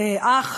אח,